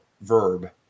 verb